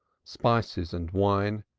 spices and wine,